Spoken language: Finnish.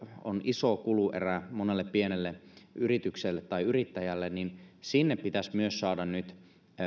on iso kuluerä monelle pienelle yritykselle tai yrittäjälle pitäisi saada nyt